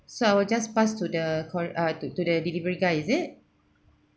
so I will just pass to the couri~ uh to to the delivery guy is it